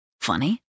funny